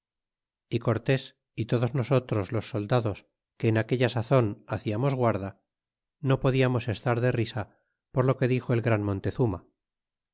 y cortes y todos nosotros los soldados que en aquella sazon haciamos guarda no podiamos estar de risa por lo que dixo el gran montezuma